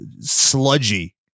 sludgy